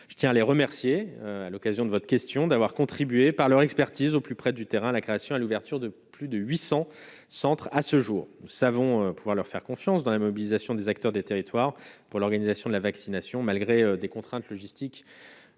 je tiens à les remercier, à l'occasion de votre question, d'avoir contribué par leur expertise au plus près du terrain, la création, à l'ouverture de plus de 800 Centre à ce jour, nous savons pouvoir leur faire confiance dans la mobilisation des acteurs des territoires pour l'organisation de la vaccination malgré des contraintes logistiques